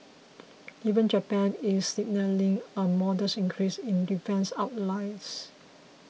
even Japan is signalling a modest increase in defence outlays